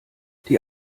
die